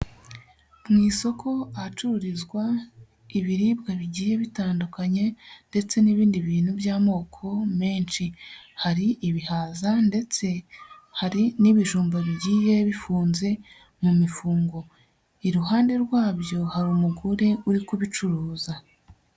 Mu isoko ahacururizwa ibiribwa bigiye bitandukanye ndetse n'ibindi bintu by'amoko menshi, hari ibihaza ndetse hari n'ibijumba bigiye bifunze mu mifungo, iruhande rwabyo hari umugore uri kubicuruza.